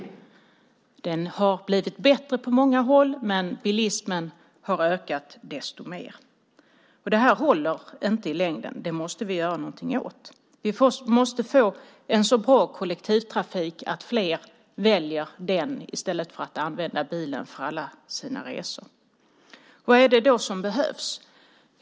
Det har blivit bättre på många håll, men bilismen har ökat desto mer. Det här håller inte längre, det måste vi göra något åt. Vi måste få en så bra kollektivtrafik att fler väljer den i stället för att använda bilen för alla sina resor. Vad är det då som behövs?